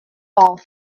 all